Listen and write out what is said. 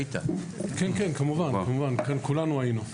כן, כן, כמובן, כולנו היינו.